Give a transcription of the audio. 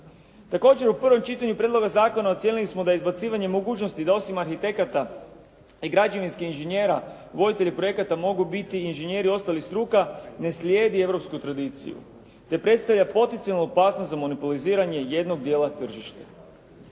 Također u prvom čitanju prijedloga zakona ocijenili smo da izbacivanjem mogućnosti da osim arhitekata i građevinskih inženjera voditelji projekata mogu biti i inženjeri ostalih struka, ne slijedi europsku tradiciju, te predstavlja potencijalnu opasnost za monopoliziranje jednog djela tržišta.